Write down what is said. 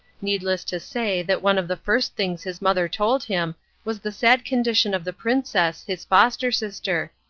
needless to say that one of the first things his mother told him was the sad condition of the princess, his foster-sister.